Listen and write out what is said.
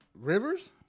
Rivers